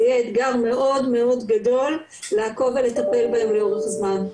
יהיה אתגר מאוד מאוד גדול לעקוב ולטפל בהם לאורך זמן.